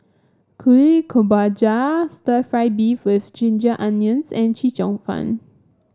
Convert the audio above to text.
Kuih Kemboja Stir Fried Beef with Ginger Onions and Chee Cheong Fun